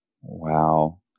Wow